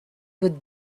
would